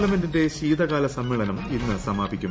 പാർലമെന്റിന്റെ ശീതകാല സമ്മേളനം ഇന്ന് സമാപിക്കും